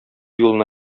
юлына